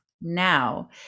now